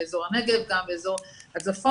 באזור הנגב וגם באזור הצפון,